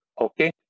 Okay